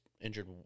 injured